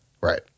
Right